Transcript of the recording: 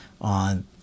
on